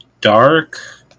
dark